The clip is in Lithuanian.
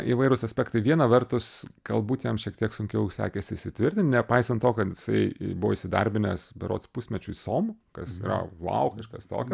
įvairūs aspektai viena vertus galbūt jam šiek tiek sunkiau sekės įsitvirtin nepaisant to kad jisai i buvo įsidarbinęs berods pusmečiui som kas yra vau kažkas tokio